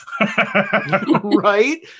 Right